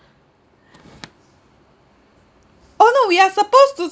oh no we are supposed to